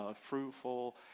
fruitful